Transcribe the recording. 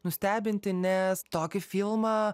nustebinti nes tokį filmą